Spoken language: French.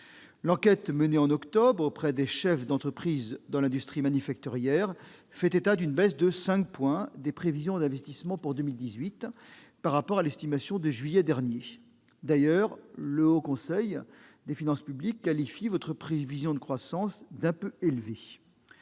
L'enquête menée en octobre dernier auprès des chefs d'entreprise dans l'industrie manufacturière fait état d'une baisse de 5 points des prévisions d'investissement pour 2018 par rapport à l'estimation de juillet dernier. D'ailleurs, le Haut Conseil des finances publiques qualifie votre prévision de croissance d'« un peu élevée